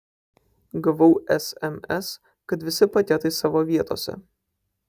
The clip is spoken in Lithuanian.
gavau sms kad visi paketai savo vietose